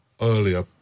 earlier